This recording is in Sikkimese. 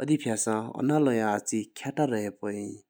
འོ་དེ་བསྲེས་འོ་མའ་ལོ་ཡང་བཀག་སྐྱོ་ཏ་རོ་ཡེ་ན་བོ་འིན།